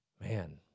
man